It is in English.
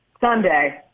Sunday